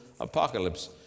apocalypse